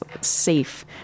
safe